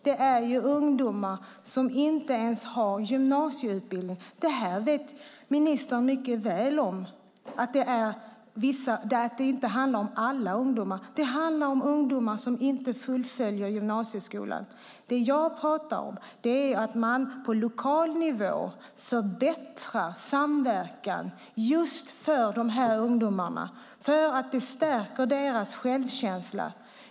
Det är ungdomar som inte ens har gymnasieutbildning. Det här vet ministern mycket väl om. Det handlar inte om alla ungdomar. Det handlar om ungdomar som inte fullföljer gymnasieskolan. Det jag talar om att man på lokal nivå förbättrar samverkan om dessa ungdomar eftersom det stärker deras självkänsla.